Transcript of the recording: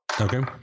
Okay